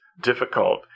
difficult